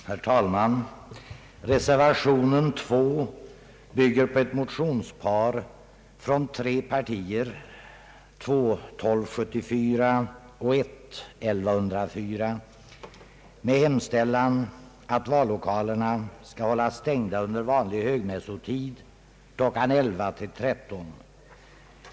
Herr talman! Reservationen 2 bygger på ett motionspar I: 1104 och II: 1274 från tre partier med hemställan att vallokalerna skall hållas stängda under vanlig högmässotid kl. 11.00—13.00.